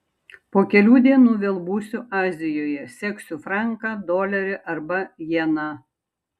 po kelių dienų vėl būsiu azijoje seksiu franką dolerį arba jeną